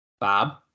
Bob